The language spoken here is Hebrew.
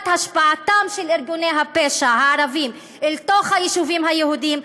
השפעתם של ארגוני הפשע הערביים אל תוך היישובים היהודיים,